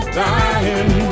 dying